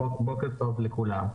בוקר טוב לכולם.